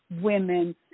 women